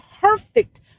perfect